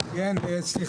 הישיבה נעולה.